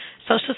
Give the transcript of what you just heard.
Social